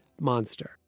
monster